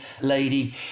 lady